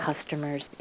customer's